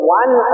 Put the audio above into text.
one